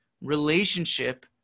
relationship